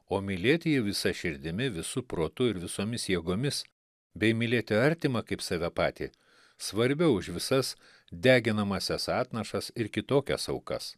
o mylėti jį visa širdimi visu protu ir visomis jėgomis bei mylėti artimą kaip save patį svarbiau už visas deginamąsias atnašas ir kitokias aukas